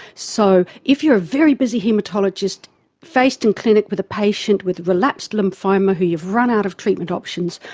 so if you are a very busy haematologist faced in clinic with a patient with a relapsed lymphoma who you've run out of treatment options